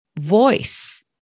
voice